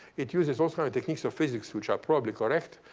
it uses alternate techniques of physics, which are probably correct,